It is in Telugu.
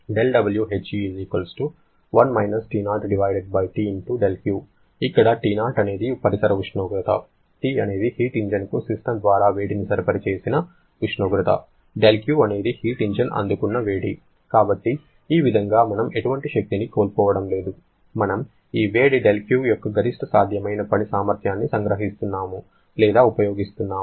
ఇక్కడ T0 అనేది పరిసర ఉష్ణోగ్రత T అనేది హీట్ ఇంజిన్కు సిస్టమ్ ద్వారా వేడిని సరఫరా చేసిన ఉష్ణోగ్రత δQ అనేది హీట్ ఇంజన్ అందుకున్న వేడి కాబట్టి ఈ విధంగా మనం ఎటువంటి శక్తిని కోల్పోవడం లేదు మనము ఈ వేడి δQ యొక్క గరిష్ట సాధ్యమైన పని సామర్థ్యాన్ని సంగ్రహిస్తున్నాము లేదా ఉపయోగిస్తాము